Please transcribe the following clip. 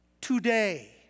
Today